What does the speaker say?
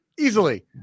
easily